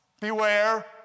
Beware